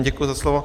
Děkuji za slovo.